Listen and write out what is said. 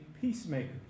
peacemakers